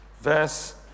verse